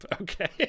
Okay